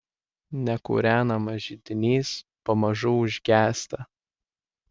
nekūrenamas židinys pamažu užgęsta